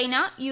China U